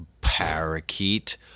parakeet